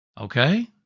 okay